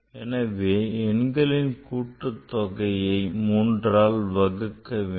எனவே எண்களின் கூட்டுத் தொகையை மூன்றால் வகுக்க வேண்டும்